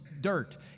dirt